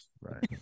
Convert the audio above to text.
Right